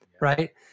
right